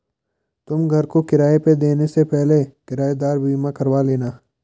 तुम घर को किराए पे देने से पहले किरायेदार बीमा करवा लेना